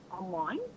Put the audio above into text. online